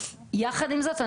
יחד עם זאת,